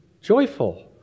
joyful